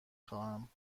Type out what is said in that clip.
خواهم